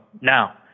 Now